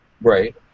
right